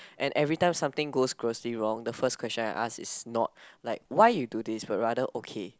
and every time something goes grossly wrong the first question I ask is not like why you do this but rather okay